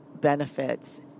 benefits